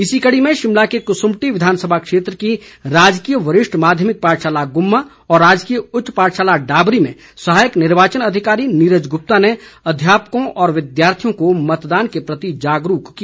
इसी कडी में शिमला के कसुम्पटी विधानसभा क्षेत्र की राजकीय वरिष्ठ माध्यमिक पाठशाला गुम्मा और राजकीय उच्च पाठशाला डाबरी में सहायक निर्वाचन अधिकारी नीरज गुप्ता ने अध्यापकों व विद्यार्थियों को मतदान के प्रति जागरूक किया